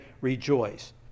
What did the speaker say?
rejoice